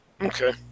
Okay